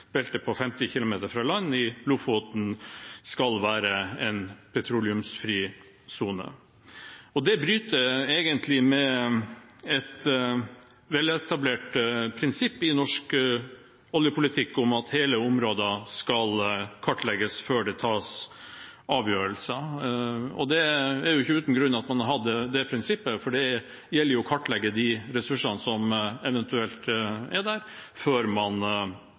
belte på 50 km fra land i Lofoten skal være en petroleumsfri sone. Det bryter egentlig med et veletablert prinsipp i norsk oljepolitikk om at hele områder skal kartlegges før det tas avgjørelser. Det er ikke uten grunn at man har hatt dette prinsippet, for det gjelder å kartlegge de ressursene som eventuelt er der før man